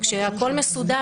כשהכול מסודר,